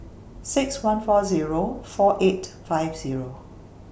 six one four Zero four eight five Zero